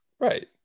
Right